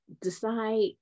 decide